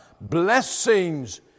blessings